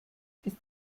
ist